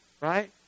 right